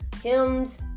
hymns